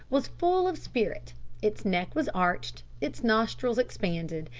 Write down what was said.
was full of spirit its neck was arched, its nostrils expanded,